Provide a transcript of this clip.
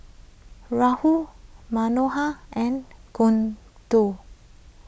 Rahul Manohar and Gouthu